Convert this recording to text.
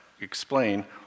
explain